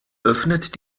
öffnet